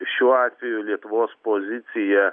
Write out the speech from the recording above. šiuo atveju lietuvos policija